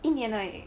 一年而已